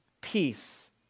peace